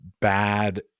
bad